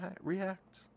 react